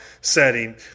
setting